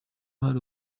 hari